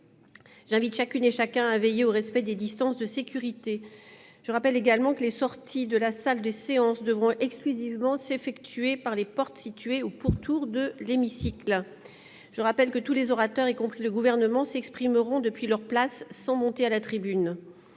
J'invite chacune et chacun à veiller au respect des distances de sécurité. Je rappelle également que les sorties de la salle des séances devront exclusivement s'effectuer par les portes situées au pourtour de l'hémicycle. Je rappelle que tous les orateurs, y compris le Gouvernement, s'exprimeront depuis leur place, sans monter à la tribune.